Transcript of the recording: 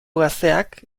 gazteak